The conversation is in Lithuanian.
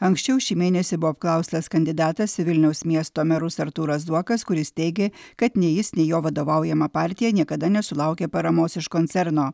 anksčiau šį mėnesį buvo apklaustas kandidatas į vilniaus miesto merus artūras zuokas kuris teigė kad nei jis nei jo vadovaujama partija niekada nesulaukė paramos iš koncerno